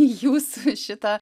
į jūs šitą